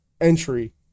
entry